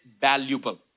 valuable